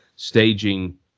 staging